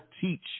teach